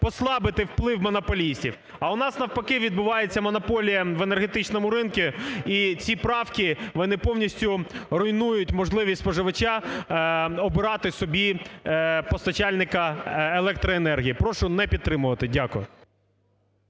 послабити вплив монополістів, а у нас навпаки відбувається монополія в енергетичному ринку, і ці правки, вони повністю руйнують можливість споживача обирати собі постачальника електроенергії. Прошу не підтримувати. Дякую.